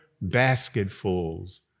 basketfuls